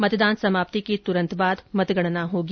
मतदान समाप्ति के तुरंत बाद मतगणना होगी